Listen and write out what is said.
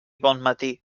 bonmatí